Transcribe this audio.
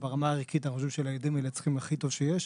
וברמה הערכית אנחנו חושבים שלילדים האלה צריך הכי טוב שיש,